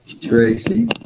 Tracy